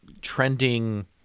trending